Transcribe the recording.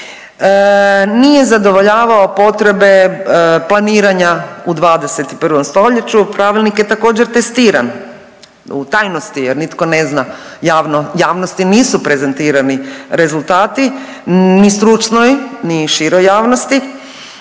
Nije zadovoljavao potrebe planiranja u 21. stoljeću. Pravilnik je također testiran u tajnosti, jer nitko ne zna, javnosti nisu prezentirani rezultati ni stručnoj, ni široj javnosti.